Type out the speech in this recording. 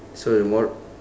so the mor~